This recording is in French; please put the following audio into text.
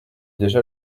déjà